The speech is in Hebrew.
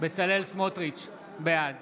בצלאל סמוטריץ' בעד